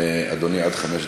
אדוני, עד חמש דקות,